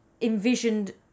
envisioned